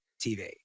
TV